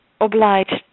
obliged